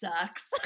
sucks